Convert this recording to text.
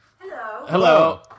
Hello